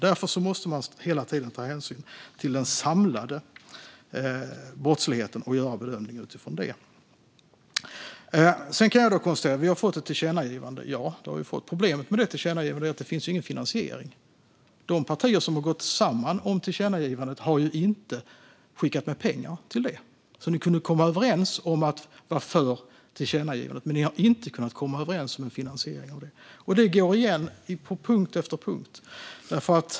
Därför måste man hela tiden ta hänsyn till den samlade brottsligheten och göra en bedömning utifrån det. Jag kan konstatera att vi har fått ett tillkännagivande. Ja, det har vi fått. Problemet med det tillkännagivandet är det inte finns någon finansiering. De partier som har gått samman om tillkännagivandet har inte skickat med pengar till det. Ni kunde komma överens om att vara för tillkännagivandet, men ni har inte kunnat komma överens om finansieringen av det. Det går igen på punkt efter punkt.